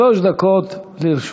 שלוש דקות לרשותך.